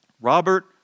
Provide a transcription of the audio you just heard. Robert